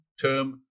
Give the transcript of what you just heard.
term